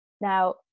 now